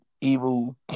evil